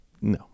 no